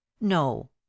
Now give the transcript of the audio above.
no